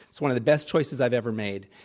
it's one of the best choices i've ever made.